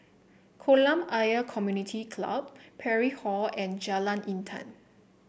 Kolam Ayer Community Club Parry Hall and Jalan Intan